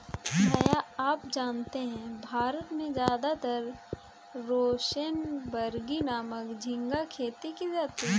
भैया आप जानते हैं भारत में ज्यादातर रोसेनबर्गी नामक झिंगा खेती की जाती है